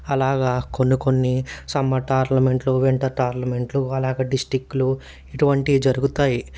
అలాగా కొన్ని కొన్ని సమ్మర్ టోర్నమెంట్లు వింటర్ టోర్నమెంట్లు అలాగే డిస్టిక్లు ఇటువంటి జరుగుతాయి